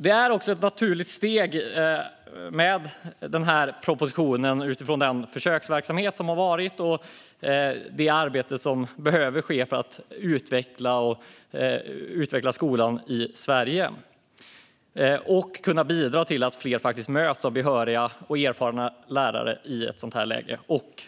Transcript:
Propositionen är också ett naturligt steg utifrån den genomförda försöksverksamheten och det arbete som behöver ske för att utveckla skolan i Sverige och för att kunna bidra till att fler elever möts av behöriga och erfarna lärare samt